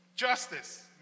Justice